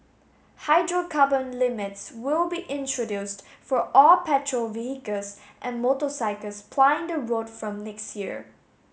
hydrocarbon limits will be introduced for all petrol vehicles and motorcycles plying the road from next year